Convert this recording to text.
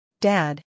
Dad